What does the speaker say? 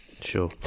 Sure